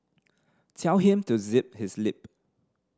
tell him to zip his lip